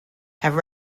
have